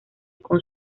con